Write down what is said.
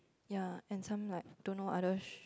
ya and some like don't know other